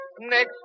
next